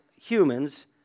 humans